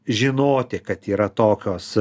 žinoti kad yra tokios